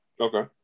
Okay